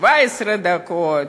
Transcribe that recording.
17 דקות,